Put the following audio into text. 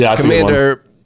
Commander